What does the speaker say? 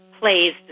plays